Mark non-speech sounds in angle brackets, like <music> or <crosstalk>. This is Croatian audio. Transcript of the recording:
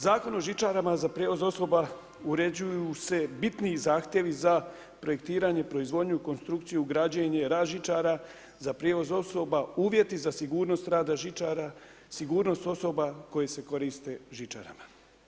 Zakon o žičarama za prijevoz osoba uređuju se bitniji zahtjevi za projektiranje, proizvodnju i konstrukciju, građenje ... <unintelligible> za prijevoz osoba, uvjeti za sigurnost rada žičara, sigurnost osoba koje se koriste žičarama.